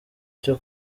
cyo